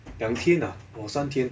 两天 ah or 三天